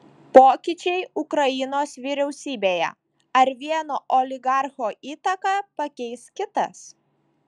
pokyčiai ukrainos vyriausybėje ar vieno oligarcho įtaką pakeis kitas